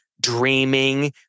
dreaming